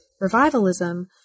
revivalism